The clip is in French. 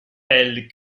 elles